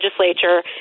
legislature